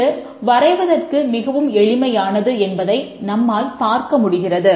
இது வரைவதற்கு மிகவும் எளிமையானது என்பதை நம்மால் பார்க்க முடிகிறது